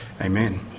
Amen